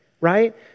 right